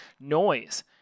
Noise